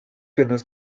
piernas